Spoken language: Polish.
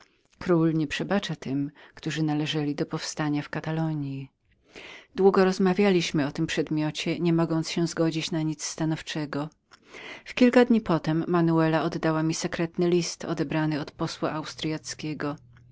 król nie przebacza tym którzy należeli do powstania w katalonji długo rozmawialiśmy o tym przedmiocie niemogąc na nic stanowczego się zgodzić w kilka dni potem manuela oddała mi tajemniczo list odebrany od posła austryackiego